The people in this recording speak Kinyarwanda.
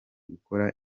gukora